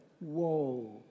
Whoa